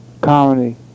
Comedy